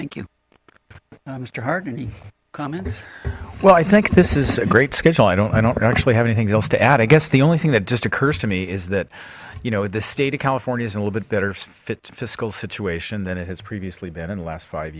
thank you mister hardy comments well i think this is a great schedule i don't i don't actually have anything else to add i guess the only thing that just occurs to me is that you know the state of california is a little bit better fit to fiscal situation than it has previously been in the last five